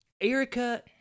Erica